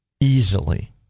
easily